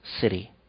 city